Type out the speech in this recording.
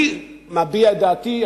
אני מביע את דעתי,